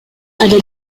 ada